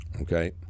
okay